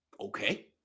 okay